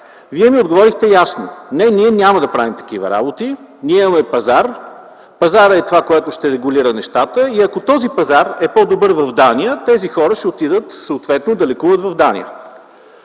Вие ми отговорихте ясно: не, ние няма да правим такива работи, ние имаме пазар, пазарът е този, който ще регулира нещата. И ако този пазар е по-добър в Дания, тези хора ще отидат съответно да лекуват в Дания.